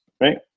right